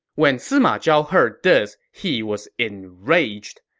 when sima zhao heard this, he was enraged.